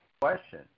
question